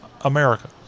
America